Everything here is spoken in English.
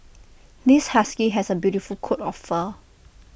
this husky has A beautiful coat of fur